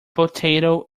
potato